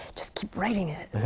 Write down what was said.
just keep writing it.